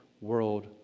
world